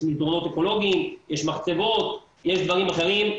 יש מדרונות אקולוגיים, יש מחצבות, יש דברים אחרים.